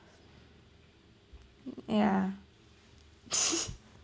yeah